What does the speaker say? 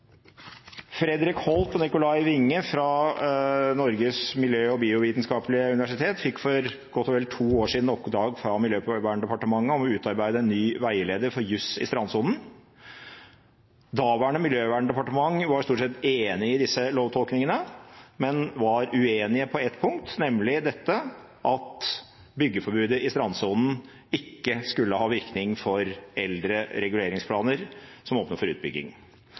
Fredrik Holth og Nikolai Winge fra Norges miljø- og biovitenskapelige universitet fikk for godt og vel to år siden oppdrag fra Miljøverndepartementet om å utarbeide en ny veileder for juss i strandsonen. Daværende miljøverndepartement var stort sett enig i disse lovtolkningene, men var uenig på ett punkt, nemlig at byggeforbudet i strandsonen ikke skulle ha virkning for eldre reguleringsplaner som åpner for utbygging.